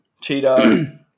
cheetah